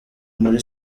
muri